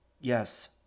Yes